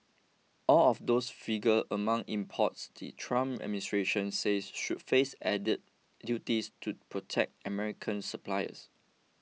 all of those figure among imports the Trump administration says should face added duties to protect American suppliers